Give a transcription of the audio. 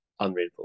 unreinforced